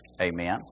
Amen